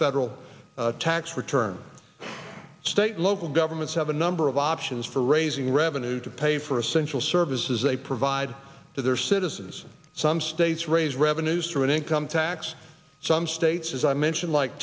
federal tax return state local governments have a number of options for raising revenue to pay for essential services they provide to their citizens some states raise revenues through an income tax some states as i mentioned like